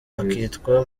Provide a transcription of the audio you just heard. akitwa